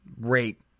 rate